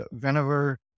whenever